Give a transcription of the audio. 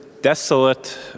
desolate